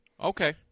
okay